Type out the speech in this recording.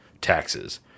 taxes